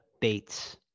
Bates